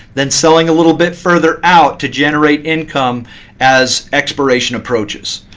then selling a little bit further out to generate income as expiration approaches.